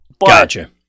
Gotcha